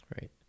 Right